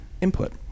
input